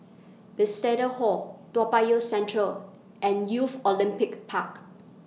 Bethesda Hall Toa Payoh Central and Youth Olympic Park